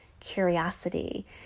Curiosity